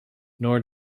nor